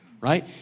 right